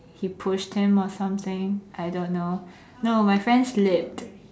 he pushed him or something I don't know no my friend slipped